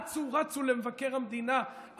אצו רצו למבקר המדינה,